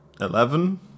Eleven